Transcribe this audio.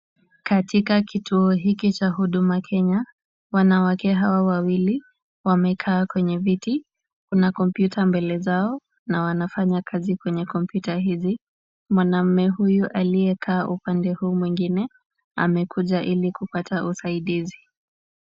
Katika kituo hiki cha Huduma Kenya, wanawake hawa wawili wamekaa kwenye viti. Kuna kompyuta mbele zao na wanafanya kazi kwenye kompyuta hizi. Mwanaume huyu aliyekaa upande huu mwingine, amekuja ili kupata usaidizi.